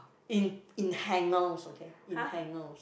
in in hangers okay in hangers